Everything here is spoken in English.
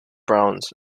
browns